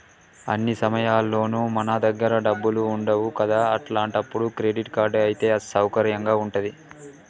అన్ని సమయాల్లోనూ మన దగ్గర డబ్బులు ఉండవు కదా అట్లాంటప్పుడు క్రెడిట్ కార్డ్ అయితే సౌకర్యంగా ఉంటది